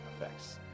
effects